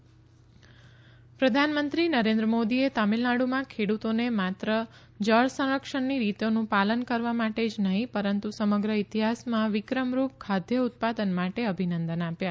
પ્રધાનમંત્રી તમીલનાડુ પ્રધાનમંત્રી નરેન્દ્ર મોદીએ તમીલનાડુમાં ખેડુતોને માત્ર જળ સંરક્ષણના રીતોનું પાલન કરવા માટે જ નહી પરંતુ સમગ્ર ઇતિહાસમાં વિક્રમરૂપ ખાદ્ય ઉત્પાદન માટે અભિનંદન આપ્યા